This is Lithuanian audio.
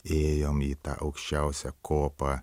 ėjom į tą aukščiausią kopą